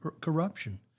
corruption